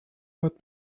باید